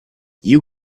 you